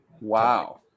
Wow